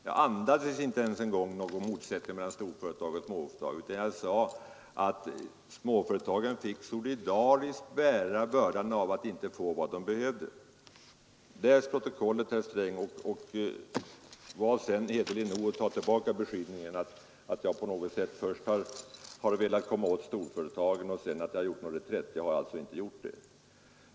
Jag andades inte en gång om någon motsättning mellan storföretag och småföretag, utan jag sade bl.a. att småföretagen fick solidariskt bära bördan av att inte få vad de behövde av långa krediter. Läs protokollet, herr Sträng, och var sedan hederlig nog att ta tillbaka beskyllningen att jag på något sätt först har velat komma åt storföretagen och sedan gjort en reträtt! Jag har alltså inte gjort det.